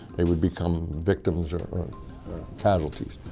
they would become victims or casualties.